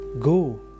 Go